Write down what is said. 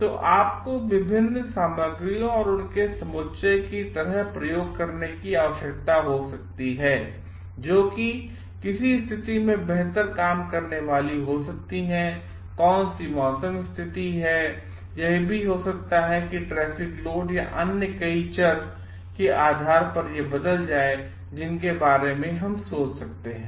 तो आपको विभिन्न सामग्रियों और उनके समुच्चय की तरह प्रयोग करने की आवश्यकता हो सकती है जो कि किस स्थिति में बेहतर काम करने वाली है कौन सी मौसम की स्थिति है और यह भी हो सकता हैकि ट्रैफ़िक लोड और अन्य कई चर केआधारपरयह बदलजाए जिनके बारे में हम सोच सकते हैं